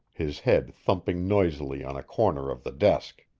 his head thumping noisily on a corner of the desk.